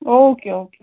okay okay